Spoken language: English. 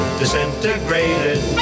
disintegrated